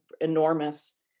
enormous